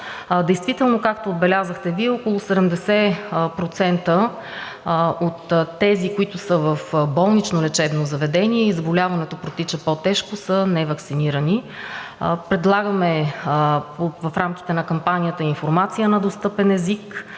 Действително, както отбелязахте Вие, около 70% от тези, които са в болнично лечебно заведение и при които заболяването протича по тежко, са неваксинирани. В рамките на кампанията предлагаме информация на достъпен език,